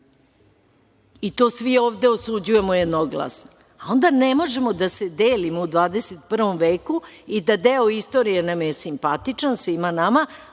i to svi ovde osuđujemo jednoglasno, a onda ne možemo da se delimo u 21. veku i da deo istorije nam je simpatičan, svima nama,